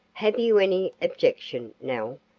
have you any objection, nell,